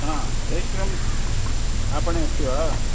हा जैश्रीरां आपणे अस्ति वा